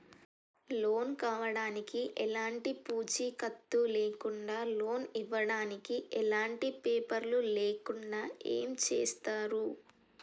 Loan కావడానికి ఎలాంటి పూచీకత్తు లేకుండా లోన్ ఇవ్వడానికి ఎలాంటి పేపర్లు లేకుండా ఏం చేస్తారు?